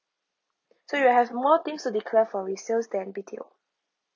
so you'll have more things to declare for resale than B_T_O